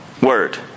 word